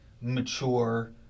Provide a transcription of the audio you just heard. mature